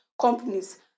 companies